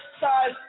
size